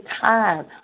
time